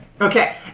Okay